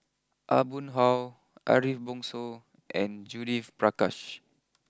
Aw Boon Haw Ariff Bongso and Judith Prakash